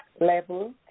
level